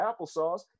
applesauce